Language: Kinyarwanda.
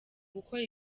gukora